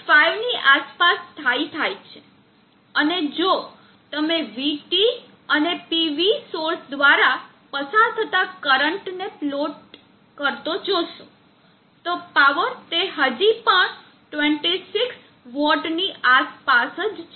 5 ની આસપાસ સ્થાયી થાય છે અને જો તમે vT અને PV સોર્સ દ્વારા પસાર થતા કરંટ નો પ્લોટ જોશો તો પાવર તે હજી પણ 26 વોટ્ટના સ્તરની આસપાસ છે